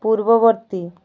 ପୂର୍ବବର୍ତ୍ତୀ